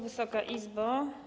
Wysoka Izbo!